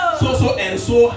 so-so-and-so